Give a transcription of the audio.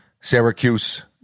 Syracuse